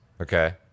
Okay